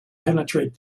penetrate